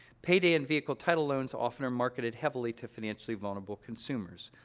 payday and vehicle title loans often are marketed heavily to financially vulnerable consumers.